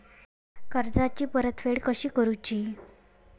कर्जाची परतफेड कशी करुची?